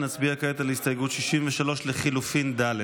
נצביע כעת על הסתייגות לחלופין ד'.